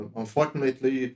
unfortunately